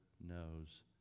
knows